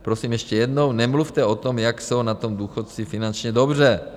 Prosím ještě jednou, nemluvte o tom, jak jsou na tom důchodci finančně dobře.